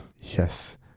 Yes